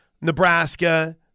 Nebraska